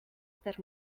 per